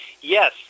Yes